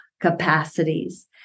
capacities